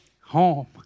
home